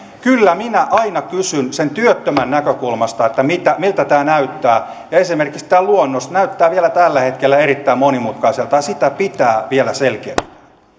kyllä minä aina kysyn sen työttömän näkökulmasta miltä miltä tämä näyttää esimerkiksi tämä luonnos näyttää vielä tällä hetkellä erittäin monimutkaiselta ja sitä pitää vielä selkeyttää